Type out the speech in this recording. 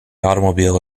automobile